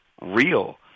real